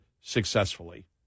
successfully